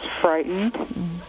frightened